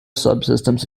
subsystems